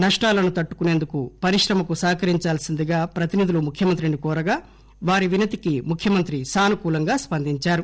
నష్టాలను తట్టుకునేందుకు పరిశ్రమకు సహాకరించవల్సిందిగా ప్రతినిధులు ముఖ్యమంత్రిని కోరగా వారి వినతికి ముఖ్యమంత్రి సానుకూలంగా స్పందించారు